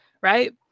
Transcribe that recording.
right